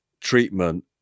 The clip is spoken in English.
treatment